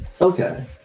Okay